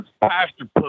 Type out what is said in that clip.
Pastor